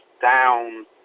down